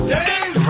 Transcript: Dave